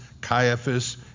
Caiaphas